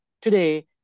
today